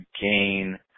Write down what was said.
gain